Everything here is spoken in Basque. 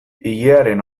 ilearen